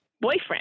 boyfriend